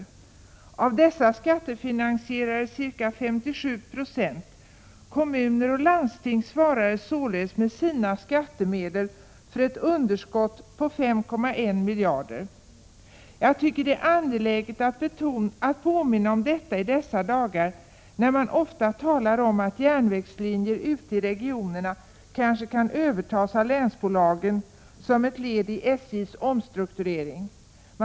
Ca 57 20 därav skattefinansierades. Kommuner och landsting svarade således med sina skattemedel för ett underskott på 5,1 miljarder. Jag tycker att det är angeläget att påminna om detta i dessa dagar när man ofta talar om att järnvägslinjer ute i regionerna kanske kan övertas av länsbolagen, som ett led i SJ:s omstrukturering.